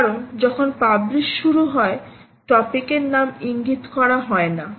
কারণ যখন পাবলিশ শুরু হয় টপিকের নাম ইঙ্গিত করা হয় না